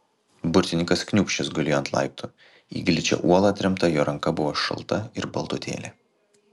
burtininkas kniūbsčias gulėjo ant laiptų į gličią uolą atremta jo ranka buvo šalta ir baltutėlė